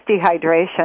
dehydration